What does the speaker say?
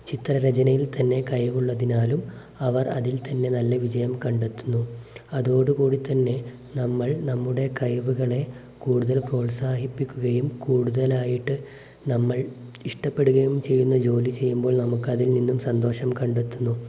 ചിത്രരചനയിൽ തന്നെ കഴിവുള്ളതിനാലും അവർ അതിൽ തന്നെ നല്ല വിജയം കണ്ടെത്തുന്നു അതോടുകൂടി തന്നെ നമ്മൾ നമ്മുടെ കഴിവുകളെ കൂടുതൽ പ്രോത്സാഹിപ്പിക്കുകയും കൂടുതലായിട്ട് നമ്മൾ ഇഷ്ടപ്പെടുകയും ചെയ്യുന്ന ജോലി ചെയ്യുമ്പോൾ നമുക്കതിൽ നിന്നും സന്തോഷം കണ്ടെത്തുന്നു